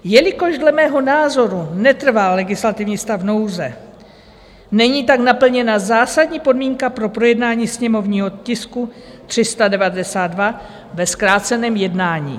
Jelikož dle mého názoru netrvá legislativní stav nouze, není tak naplněna zásadní podmínka pro projednání sněmovního tisku 392 ve zkráceném jednání.